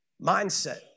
mindset